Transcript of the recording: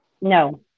No